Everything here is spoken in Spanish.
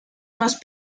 más